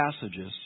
passages